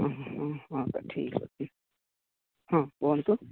ହଁ ହଁ ଠିକ୍ ଅଛି ହଁ କୁହନ୍ତୁ